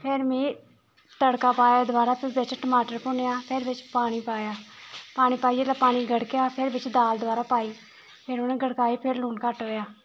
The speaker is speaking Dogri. फिर में तड़का पाया दोबारा फिर बिच्च टमाटर भुन्नेआ फिर बिच्च पानी पाया पानी पाइयै जेल्लै पानी गड़केआ फिर बिच्च दाल दबारा पाई फिर उ'नेंगी गड़काई फिर लून घट्ट होएआ